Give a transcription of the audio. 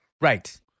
Right